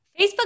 Facebook